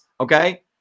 okay